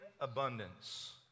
abundance